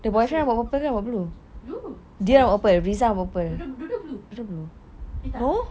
lepas itu blue spikey dua dua blue eh tak eh